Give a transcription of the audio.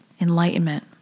enlightenment